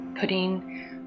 putting